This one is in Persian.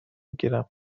گیرم